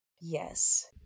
Yes